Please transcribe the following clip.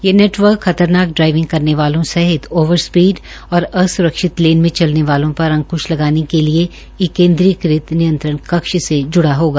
यह नेटवर्क खतरनाक ड्राइविंग करने वालों सहित ओवरस्पीड और असुरक्षित लेन में चलने वालों पर अंकृश लगाने के लिए एक केंद्रीकृत नियंत्रण कक्ष से जुड़ा होगा